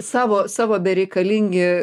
savo savo bereikalingi